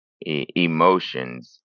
emotions